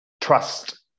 Trust